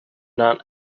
not